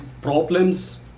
problems